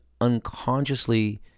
unconsciously